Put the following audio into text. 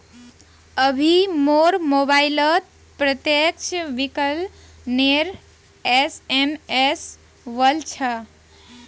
अभी मोर मोबाइलत प्रत्यक्ष विकलनेर एस.एम.एस वल छ